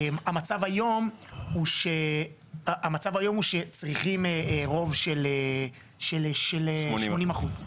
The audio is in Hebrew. המצב היום הוא שצריכים רוב של שמונים אחוז.